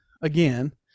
again